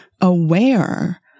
aware